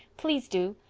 please, do.